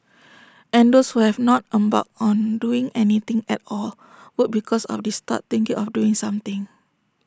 and those who have not embarked on doing anything at all would because of this start thinking of doing something